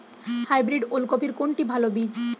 Hybrid ওল কপির কোনটি ভালো বীজ?